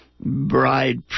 Bride